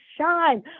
shine